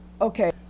okay